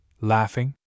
laughing